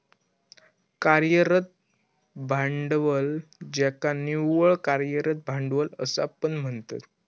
कार्यरत भांडवल ज्याका निव्वळ कार्यरत भांडवल असा पण म्हणतत